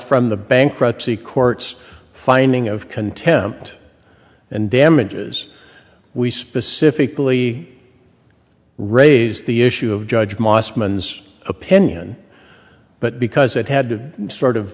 from the bankruptcy courts finding of contempt and damages we specifically raise the issue of judge mosman this opinion but because it had to sort of